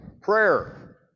Prayer